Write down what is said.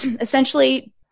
Essentially